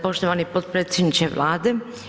Poštovani potpredsjedniče Vlade.